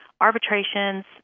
arbitrations